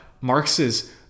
Marx's